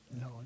No